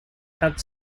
had